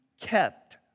kept